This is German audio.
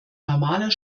normaler